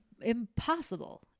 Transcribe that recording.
impossible